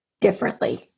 differently